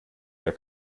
per